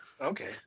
Okay